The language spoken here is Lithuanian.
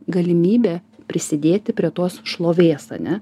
galimybę prisidėti prie tos šlovės ane